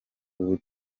ubu